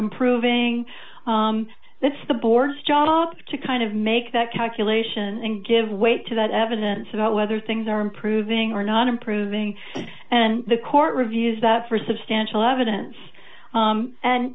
improving that's the board's job to kind of make that calculation and give weight to that evidence about whether things are improving or not improving and the court reviews that for substantial evidence